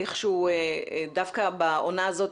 דווקא בעונה הזאת,